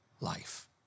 life